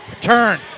turn